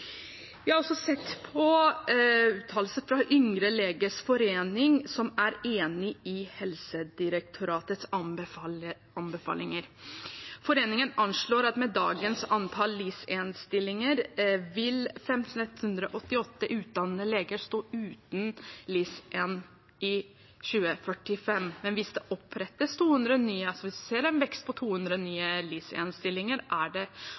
Vi har også sett på uttalelser fra Yngre legers forening, som er enig i Helsedirektoratets anbefalinger. Foreningen anslår at med dagens antall LIS1-stillinger vil 5 188 utdannede leger stå uten LIS1 i 2045. Men hvis man ser en vekst på 200 nye LIS1-stillinger, er det anslått at bare 105 leger vil stå uten LIS1-tjeneste i 2045. 200